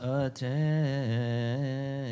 attend